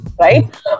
right